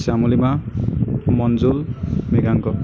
Shyamalima Manjul Mriganka